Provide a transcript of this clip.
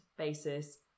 basis